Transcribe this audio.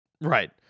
Right